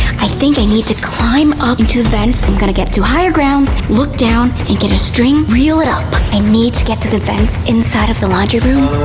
i think i need to climb up into the vents i'm going to get to higher grounds, look down, and get a string, reel it up. i need to get to the vents inside of the laundry room.